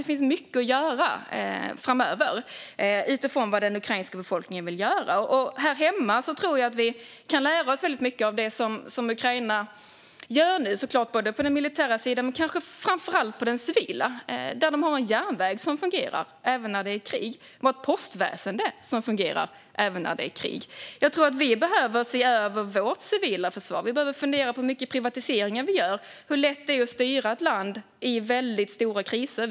Det finns mycket att göra framöver utifrån vad den ukrainska befolkningen vill göra. Här hemma tror jag att vi kan lära oss mycket av det som Ukraina gör nu, på den militära sidan såklart men kanske framför allt på den civila. De har en järnväg och ett postväsen som fungerar även när det är krig. Jag tror att vi behöver se över vårt civila försvar. Vi behöver fundera på hur mycket privatiseringar vi gör och hur lätt det är att styra ett land i väldigt stora kriser.